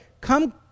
come